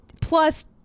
plus